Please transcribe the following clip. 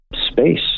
space